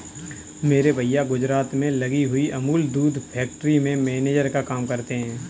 मेरे भैया गुजरात में लगी हुई अमूल दूध फैक्ट्री में मैनेजर का काम करते हैं